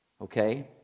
Okay